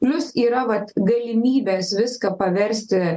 plius yra vat galimybės viską paversti